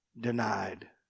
denied